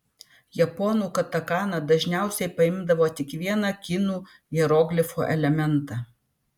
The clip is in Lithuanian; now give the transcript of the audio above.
japonų katakana dažniausiai paimdavo tik vieną kinų hieroglifo elementą